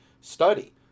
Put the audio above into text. study